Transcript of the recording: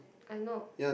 I know